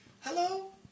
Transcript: Hello